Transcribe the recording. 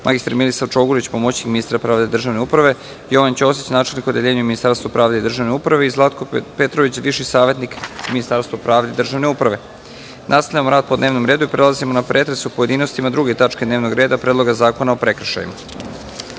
mr Milisav Čogurić, pomoćnik ministra pravde i državne uprave, Jovan Ćosić, načelnik u Odeljenju Ministarstva pravde i državne uprave i Zlatko Petrović, viši savetnik u Ministarstvu pravde i državne uprave. Nastavljamo rad po dnevnom redu i prelazimo na pretres u pojedinostima druge tačke dnevnog reda – PREDLOGA ZAKONA